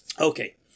Okay